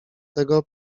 tego